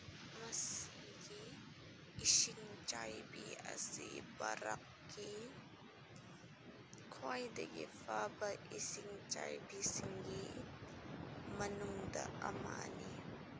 ꯃꯁꯤꯒꯤ ꯏꯁꯤꯡ ꯆꯥꯏꯕꯤ ꯑꯁꯤ ꯚꯥꯔꯠꯀꯤ ꯈ꯭ꯋꯥꯏꯗꯒꯤ ꯐꯕ ꯏꯁꯤꯡ ꯆꯥꯏꯕꯤꯁꯤꯡꯒꯤ ꯃꯅꯨꯡꯗ ꯑꯃꯅꯤ